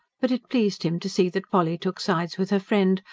but it pleased him to see that polly took sides with her friend,